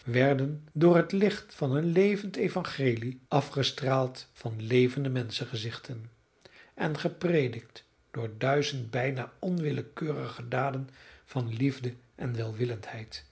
werden door het licht van een levend evangelie afgestraald van levende menschengezichten en gepredikt door duizend bijna onwillekeurige daden van liefde en